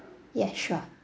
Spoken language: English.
yeah sure